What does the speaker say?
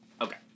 okay